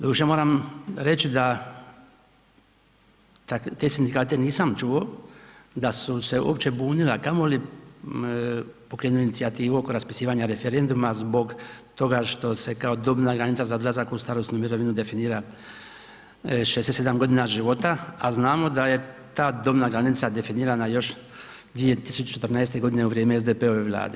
Doduše, moram reći da se sindikate nisam čuo da su se uopće bunile, a kamoli pokrenuli inicijativu oko raspisivanja referenduma zbog toga što se kao dobna granica za odlazak u starosnu mirovinu definira 67 godina života, a znamo da je ta dobna granica definirana još 2014. godine u vrijeme SDP-ove Vlade.